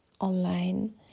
online